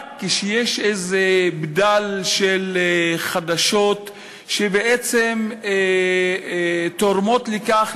רק כשיש איזה בדל של חדשות שבעצם תורמות לכך,